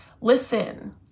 Listen